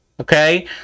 Okay